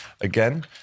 again